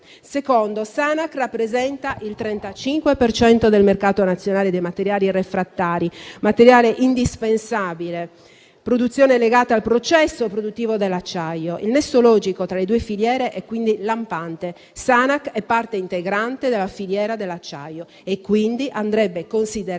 luogo, Sanac rappresenta il 35 per cento del mercato nazionale dei materiali refrattari, materiali indispensabili, essendo una produzione legata al processo produttivo dell'acciaio. Il nesso logico tra le due filiere è lampante: Sanac è parte integrante della filiera dell'acciaio e, quindi, andrebbe considerata